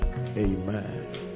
Amen